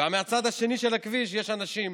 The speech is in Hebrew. ומהצד השני של הכביש יש אנשים